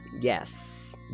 Yes